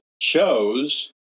chose